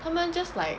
他们 just like